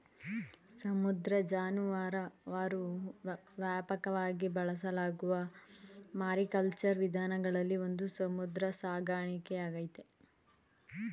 ಸಮುದ್ರ ಜಾನುವಾರು ವ್ಯಾಪಕವಾಗಿ ಬಳಸಲಾಗುವ ಮಾರಿಕಲ್ಚರ್ ವಿಧಾನಗಳಲ್ಲಿ ಒಂದು ಸಮುದ್ರ ಸಾಕಣೆಯಾಗೈತೆ